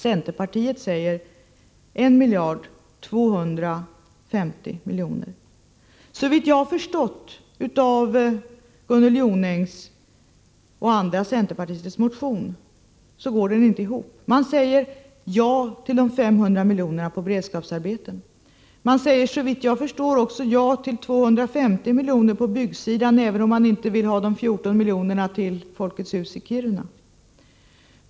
Centerpartiet föreslår 1 250 000 000 kr. Såvitt jag har förstått av Gunnel Jonängs och de andra centerpartisternas motion går den inte ihop. Man säger ja till de 500 miljonerna till beredskapsarbeten. Man säger, såvitt jag förstår, också ja till 250 miljoner till byggsidan, även om man inte vill använda de 14 miljonerna till Folkets hus i Kiruna.